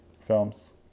films